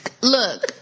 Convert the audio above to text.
Look